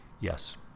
Yes